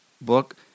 book